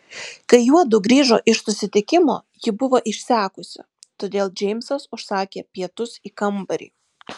kai juodu grįžo iš susitikimo ji buvo išsekusi todėl džeimsas užsakė pietus į kambarį